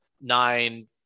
Nine